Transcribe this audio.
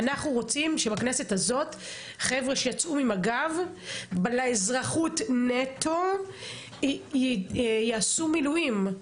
אנחנו רוצים שבכנסת הזאת חבר'ה שיצאו ממג"ב לאזרחות נטו יעשו מילואים,